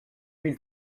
mille